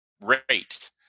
rate